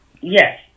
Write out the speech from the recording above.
Yes